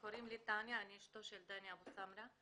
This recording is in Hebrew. קוראים לי טניה, אני אשתו של דני אבו סמרא.